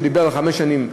שדיבר על חמש שנים,